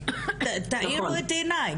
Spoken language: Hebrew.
תאירו את עיניי,